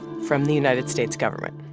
from the united states government.